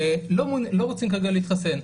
לא רוצים כרגע להתחסן,